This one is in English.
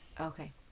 Okay